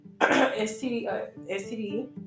STD